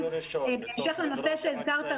בהמשך לנושא שהזכרת,